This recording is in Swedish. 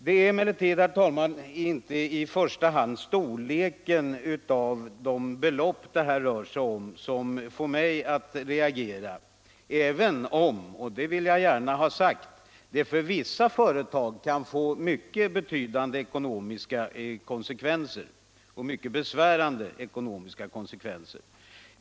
Det är emellertid, herr talman, inte i första hand storleken av de belopp det här rör sig om som får mig att reagera även om — och det vill jag gärna ha sagt — det för vissa företag kan få mycket betydande och besvärande ekonomiska konsekvenser.